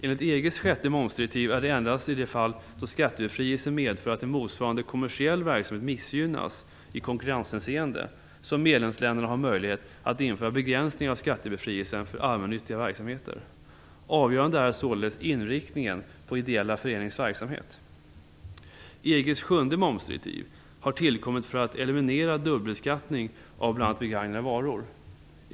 Enligt EG:s sjätte momsdirektiv är det endast i de fall då skattebefrielse medför att en motsvarande kommersiell verksamhet missgynnas i konkurrenshänseende som medlemsländer har möjlighet att införa begränsningar av skattebefrielsen för allmännyttiga verksamheter. Avgörande är således inriktningen på den ideella föreningens verksamhet. EG:s sjunde momsdirektiv har tillkommit för att eliminera dubbelbeskattning av bl.a. begagnade varor.